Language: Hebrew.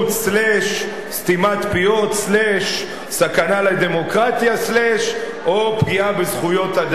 סתימת פיות / סכנה לדמוקרטיה / פגיעה בזכויות אדם.